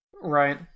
Right